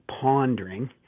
pondering